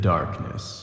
Darkness